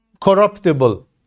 corruptible